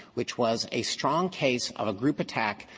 which was a strong case of a group attack,